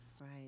Right